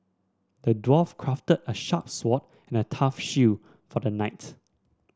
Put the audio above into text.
the dwarf crafted a sharp sword and a tough shield for the knight